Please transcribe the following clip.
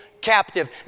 captive